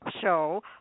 Show